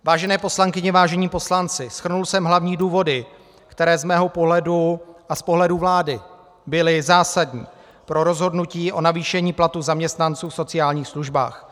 Vážené poslankyně, vážení poslanci, shrnul jsem hlavní důvody, které z mého pohledu a z pohledu vlády byly zásadní pro rozhodnutí o navýšení platů zaměstnanců v sociálních službách.